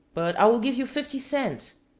but i will give you fifty cents.